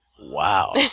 Wow